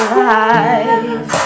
life